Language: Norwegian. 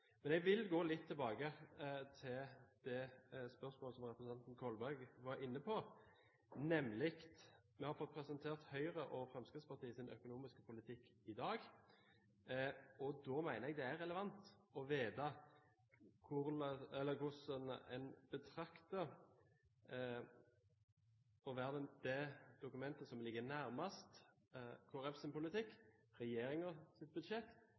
Men jeg vil gå litt tilbake til det spørsmålet som representanten Kolberg var inne på, nemlig at vi har fått presentert Høyres og Fremskrittspartiets økonomiske politikk i dag. Da mener jeg det er relevant å få vite hvordan en betrakter det, hvilket dokument som ligger nærmest Kristelig Folkepartis politikk, om det er regjeringens budsjett